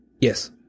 Yes